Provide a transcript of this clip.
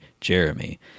Jeremy